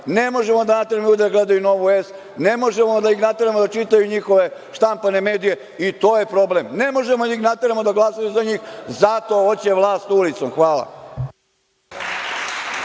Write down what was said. ne možemo da nateramo ljude da gledaju Novu S, ne možemo da ih nateramo da čitaju njihove štampane medije. I to je problem. Ne možemo da ih nateramo da glasaju za njih. Zato hoće vlast ulicom. Hvala.